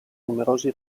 numerosi